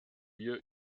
wir